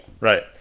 Right